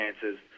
chances